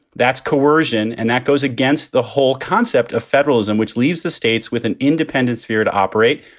that's coercion. and that goes against the whole concept of federalism, which leaves the states with an independent sphere to operate.